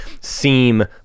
seem